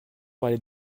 parler